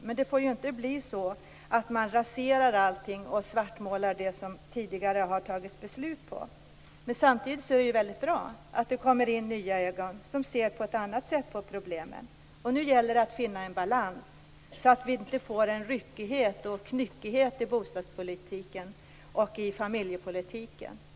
Men det får inte bli så att man raserar allting och svartmålar sådant som det tidigare har fattats beslut om. Samtidigt är det väldigt bra att det kommer in nya ögon som ser på problemet på ett annat sätt. Nu gäller det att finna en balans så att vi inte får en ryckighet och knyckighet i bostadspolitiken och familjepolitiken.